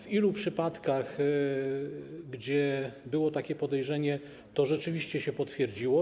W ilu przypadkach, w których było takie podejrzenie, to rzeczywiście się potwierdziło?